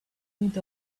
need